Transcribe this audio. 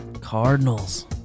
Cardinals